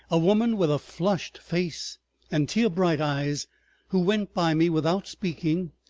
a woman with a flushed face and tear-bright eyes who went by me without speaking,